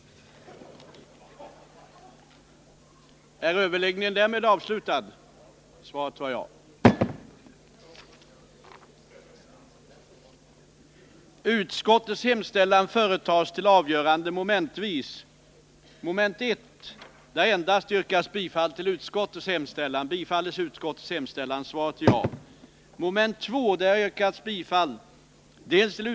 ning gav följande resultat: